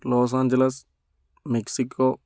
Los Angeles Mexico